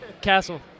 castle